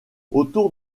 autour